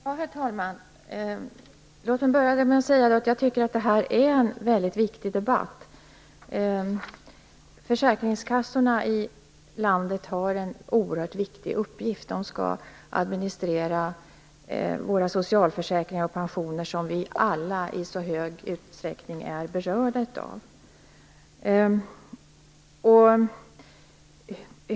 Herr talman! Låt mig börja med att säga att jag tycker att detta är en mycket viktig debatt. Försäkringskassorna i landet har en oerhört viktig uppgift. De skall administrera de socialförsäkringar och pensioner som vi alla i så hög utsträckning är berörda av.